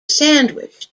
sandwich